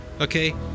okay